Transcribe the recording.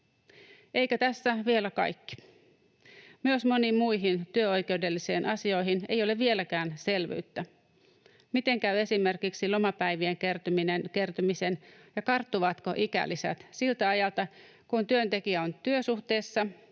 Eikä tässä vielä kaikki. Myöskään moniin muihin työoikeudellisiin asioihin ei ole vieläkään selvyyttä. Miten käy esimerkiksi lomapäivien kertymisen, ja karttuvatko ikälisät siltä ajalta, kun työntekijä on työsuhteessa